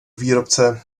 výrobce